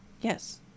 Yes